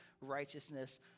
righteousness